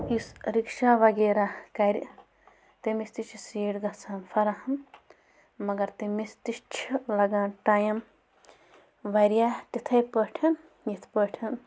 یُس رِکشا وغیرہ کَرِ تٔمِس تہِ چھِ سیٖٹ گژھان فراہَم مگر تٔمِس تہِ چھِ لَگان ٹایِم واریاہ تِتھَے پٲٹھۍ یِتھ پٲٹھۍ